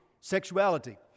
sexuality